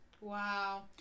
Wow